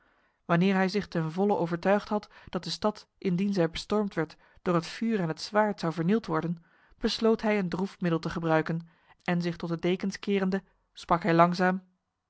wanneer hij zich ten volle overtuigd had dat de stad indien zij bestormd werd door het vuur en het zwaard zou vernield worden besloot hij een droef middel te gebruiken en zich tot de dekens kerende sprak hij langzaam